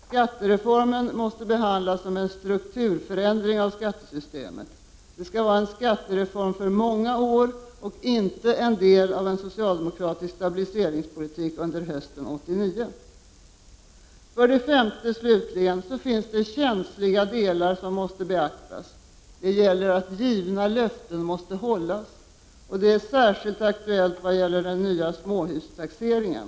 Skattereformen måste behandlas som en strukturförändring av skattesystemet. Det skall vara en skattereform för många år och inte en del av en socialdemokratisk stabiliseringspolitik under hösten 1989. För det femte finns det känsliga delar som måste beaktas. Givna löften måste hållas. Det är särskilt aktuellt vad gäller den nya småhustaxeringen.